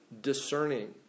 Discerning